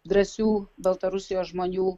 drąsių baltarusijos žmonių